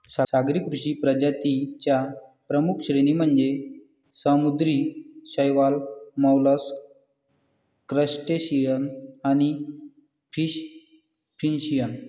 सागरी कृषी प्रजातीं च्या प्रमुख श्रेणी म्हणजे समुद्री शैवाल, मोलस्क, क्रस्टेशियन आणि फिनफिश